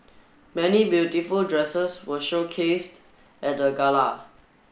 many beautiful dresses were showcased at the gala